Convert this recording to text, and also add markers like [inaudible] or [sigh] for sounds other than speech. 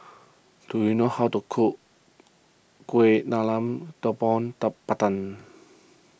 do you know how to cook Kueh Talam Tepong [unintelligible] Pandan